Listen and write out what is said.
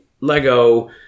Lego